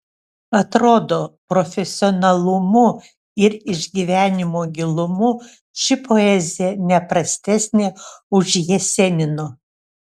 atrodo profesionalumu ir išgyvenimo gilumu ši poezija ne prastesnė už jesenino